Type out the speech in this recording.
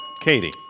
Katie